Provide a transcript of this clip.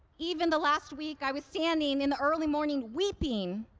even the last week i was standing in the early morning weeping,